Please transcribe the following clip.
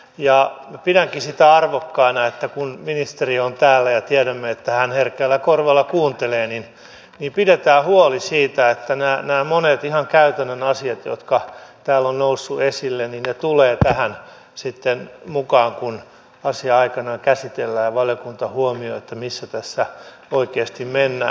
ja pitääkin sitä arvokkaan että kun ministeri on täällä ja tiedämme että hän herkällä korvalla kuuntelee niin pidetään huoli siitä että nämä monet ihan käytännön asiat jotka täällä ovat nousseet esille tulevat sitten tähän mukaan kun asiaa aikanaan käsitellään ja valiokunta huomioi missä tässä oikeasti mennään